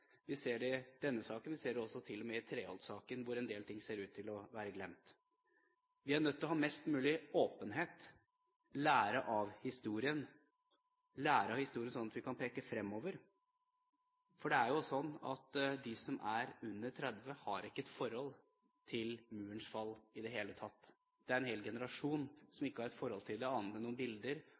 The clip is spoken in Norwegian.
Vi ser det i denne saken; vi ser det til og med i Treholt-saken, hvor en del ting ser ut til å være glemt. Vi er nødt til å ha mest mulig åpenhet og lære av historien, slik at vi kan se fremover. For det er jo slik at de som er under 30, har ikke et forhold til Murens fall i det hele tatt. Det er en hel generasjon som ikke har et forhold til det, annet enn bilder